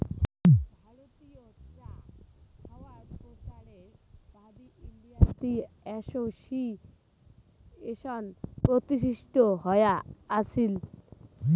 ভারতীয় চা খাওয়ায় প্রচারের বাদী ইন্ডিয়ান টি অ্যাসোসিয়েশন প্রতিষ্ঠিত হয়া আছিল